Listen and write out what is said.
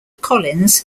collins